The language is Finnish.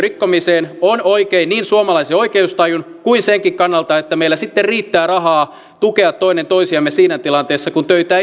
rikkomiseen on oikein niin suomalaisen oikeustajun kuin senkin kannalta että meillä sitten riittää rahaa tukea toinen toisiamme siinä tilanteessa kun töitä